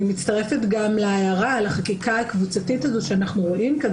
אני מצטרפת גם להערה על החקיקה הקבוצתית הזו שאנחנו רואים כאן,